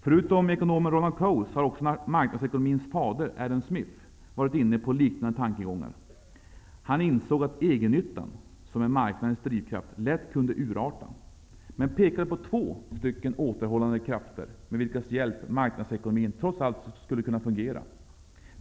Förutom ekonomen Ronald Coase har också marknadsekonomins fader Adam Smith var inne på liknande tankegångar. Han insåg att egennyttan, som är marknadens drivkraft, lätt kunde urarta, men han pekade på två återhållande krafter med vilkas hjälp marknadsekonomin trots allt skulle kunna fungera.